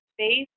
space